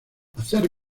hacer